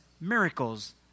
miracles